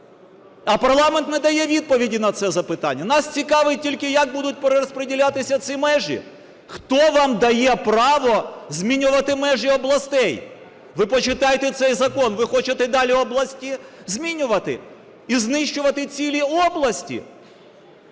А парламент не дає відповіді на це запитання. Нас цікавить тільки як будуть перерозподілятися ці межі? Хто вам дає право змінювати межі областей? Ви почитайте цей закон. Ви хочете далі області змінювати і знищувати цілі області?